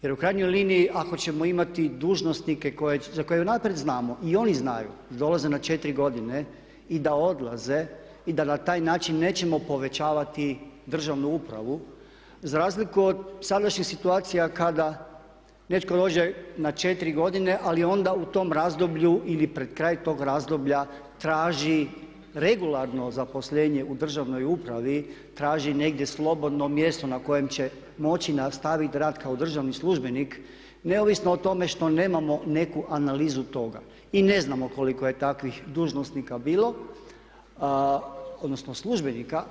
Jer u krajnjoj liniji ako ćemo imati dužnosnike za koje unaprijed znamo i oni znaju da dolaze na četiri godine i da odlaze i da na taj način nećemo povećavati državnu upravu za razliku od sadašnjih situacija kada netko dođe na četiri godine, ali onda u tom razdoblju ili pred kraj tog razdoblja traži regularno zaposlenje u državnoj upravi, traži negdje slobodno mjesto na kojem će moći nastavit rad kao državni službenik neovisno o tome što nemamo neku analizu toga i ne znamo koliko je takvih dužnosnika bilo, odnosno službenika.